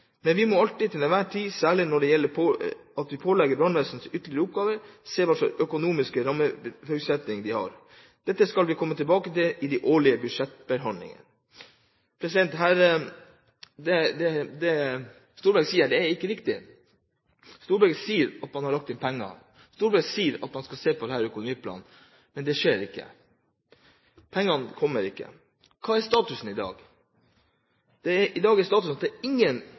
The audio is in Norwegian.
Men vi må alltid, til enhver tid – særlig nå når vi pålegger brannvesenet ytterligere oppgaver – se på hva slags økonomiske rammeforutsetninger de har. Det skal vi kommer tilbake til i de årlige budsjettbehandlinger.» Det Storberget her sier, er ikke riktig. Storberget sier at man har lagt inn penger, Storberget sier at man skal se på dette i økonomiplanen, men det skjer ikke. Pengene kommer ikke. Hva er status i dag? I dag er status at det er ingen